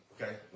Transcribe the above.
Okay